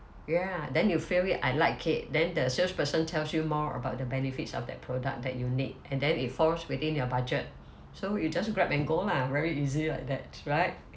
ya then you feel it I like K then the salesperson tells you more about the benefits of that product that you need and then it falls within your budget so you just grab and go lah very easy like that right